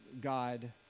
God